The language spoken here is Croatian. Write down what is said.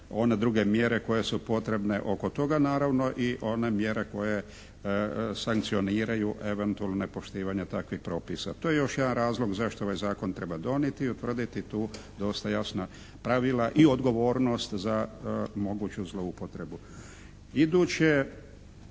one druge mjere koje su potrebne oko toga naravno i one mjere koje sankcioniraju eventualno nepoštivanje takvih propisa. To je još jedan razlog zašto ovaj zakon treba donijeti i utvrditi tu dosta jasna pravila i odgovornost za moguću zloupotrebu.